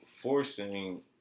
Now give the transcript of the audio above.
forcing